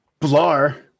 Blar